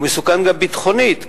הוא מסוכן גם ביטחונית,